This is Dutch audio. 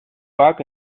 vaak